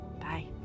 Bye